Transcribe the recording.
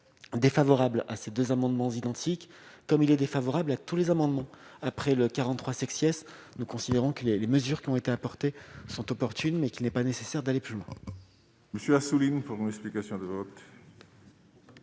défavorable à ces deux amendements identiques comme il est défavorable à tous les amendements après le 43 sexy, nous considérons que les mesures qui ont été apportées sont opportunes, mais qui n'est pas nécessaire d'aller. Monsieur Assouline pendant l'explication de vote.